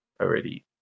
already